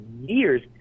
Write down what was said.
years